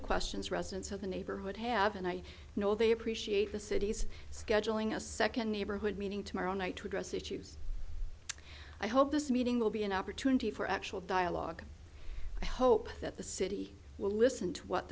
the questions residents of the neighborhood have and i know they appreciate the city's scheduling a second neighborhood meeting tomorrow night to address issues i hope this meeting will be an opportunity for actual dialogue i hope that the city will listen to what